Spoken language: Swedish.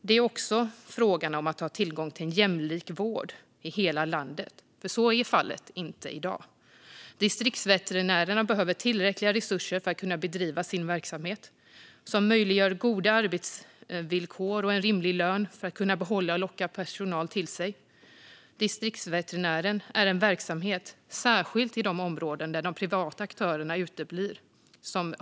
Det är också fråga om att ha tillgång till en jämlik vård i hela landet. Så är inte fallet i dag. Distriktsveterinärerna behöver tillräckliga resurser för att kunna bedriva sin verksamhet. De behöver resurser som möjliggör goda arbetsvillkor och en rimlig lön för att de ska kunna behålla och locka personal till sig. Distriktsveterinärernas verksamhet har stor betydelse, särskilt i de områden där de privata aktörerna uteblir.